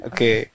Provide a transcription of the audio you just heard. Okay